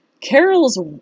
Carol's